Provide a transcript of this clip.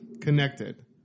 connected